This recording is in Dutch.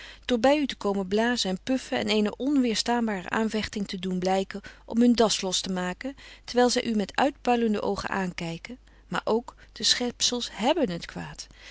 door bij u te komen blazen en puffen en eene onweerstaanbare aanvechting te doen blijken om hun das los te maken terwijl zij u met uitpuilende oogen aankijken maar ook de schepsels hebben het kwaad